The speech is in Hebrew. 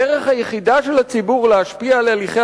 הדרך היחידה של הציבור להשפיע על הליכי